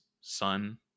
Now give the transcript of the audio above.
Sun